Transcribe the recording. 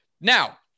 Now